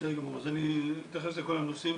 בסדר גמור, אני אתייחס לכל הנושאים.